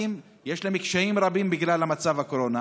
יש להם קשיים רבים בגלל מצב הקורונה.